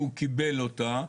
שהוא קיבל אותה,